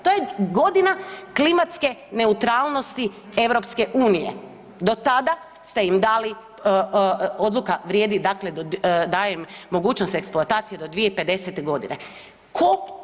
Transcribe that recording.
To je godina klimatske neutralnosti EU, do tada ste im dali, odluka vrijedi, dakle, daje im mogućnost eksploatacije do 2050. g. Tko?